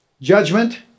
Judgment